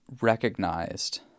recognized